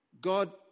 God